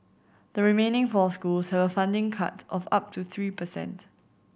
the remaining four schools have a funding cut of up to three percent